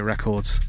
records